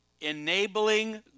enabling